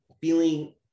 feeling